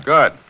Good